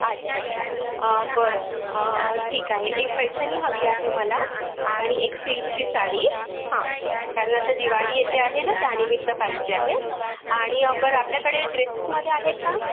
अच्छा अच्छा अं बरं अं ठीक आहे एक पैठणी हवी आहे मला आणि एक सिल्कची साडी हा कारण आता दिवाळी येते आहे ना त्यानिमित्त पाहिजे आहे आणि बरं आपल्याकडे ड्रेसेसमध्ये आहेत का